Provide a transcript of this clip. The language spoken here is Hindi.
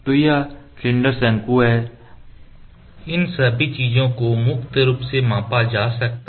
यह सिलेंडर शंकु है इन सभी चीजों को भी मुक्त रूप से मापा जा सकता है